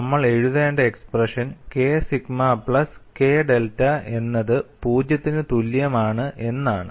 നമ്മൾ എഴുതേണ്ട expression k sigma plus k delta എന്നത് പൂജ്യത്തിനു തുല്യമാണ് എന്നാണ്